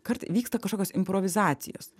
kart vyksta kažkokios improvizacijos